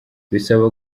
bisaba